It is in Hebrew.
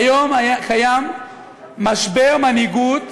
כיום קיים משבר מנהיגות